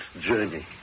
journey